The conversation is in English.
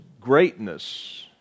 greatness